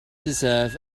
deserve